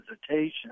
hesitation